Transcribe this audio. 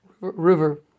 river